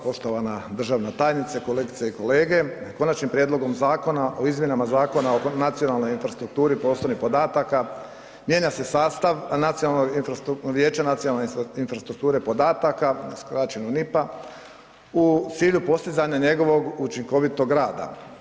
Poštovana državna tajnice, kolegice i kolege, Konačnim prijedlogom Zakona o izmjenama Zakona o nacionalnoj infrastrukturi poslovnih podataka mijenja se sastav nacionalnog infrastrukturnog, vijeća nacionalne infrastrukture podataka skraćeno NIP-a u cilju postizanja njegovog učinkovitog rada.